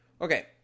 Okay